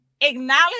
acknowledge